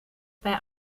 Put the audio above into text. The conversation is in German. bei